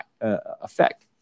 effect